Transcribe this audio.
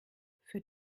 für